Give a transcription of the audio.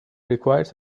requires